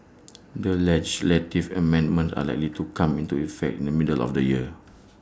the legislative amendments are likely to come into effect in the middle of the year